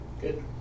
Good